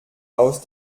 aus